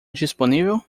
disponível